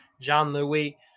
Jean-Louis